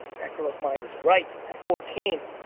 that girl's mind is right at fourteen,